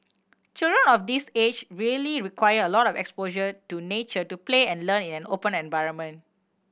children of this age really require a lot of exposure to nature to play and learn in open environment